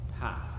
path